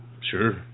Sure